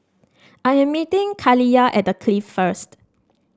I am meeting Kaliyah at The Clift first